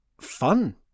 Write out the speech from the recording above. fun